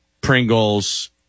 Pringles